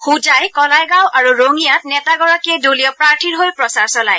হোজাই কলাইগাওঁ আৰু ৰঙিয়াত নেতাগৰাকীয়ে দলীয় প্ৰাৰ্থীৰ হৈ প্ৰচাৰ চলায়